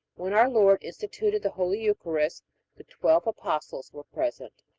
when our lord instituted the holy eucharist the twelve apostles were present.